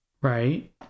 right